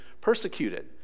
persecuted